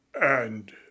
And